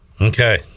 okay